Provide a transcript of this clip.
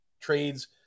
trades